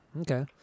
Okay